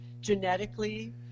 genetically